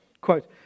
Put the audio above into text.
quote